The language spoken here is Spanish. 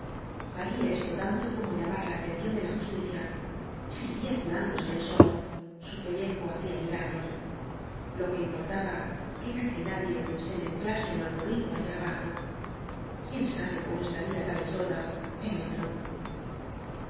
valía esto tanto como llamar la atención de la justicia ya iría curándose él solo su pellejo hacía milagros lo que importaba era que na die se mezclase en lo ocurrido allá abajo quién sabe cómo estaría á tales horas el otro